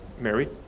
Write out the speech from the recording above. married